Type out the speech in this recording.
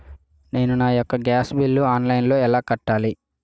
నేను నా యెక్క గ్యాస్ బిల్లు ఆన్లైన్లో ఎలా కట్టాలి?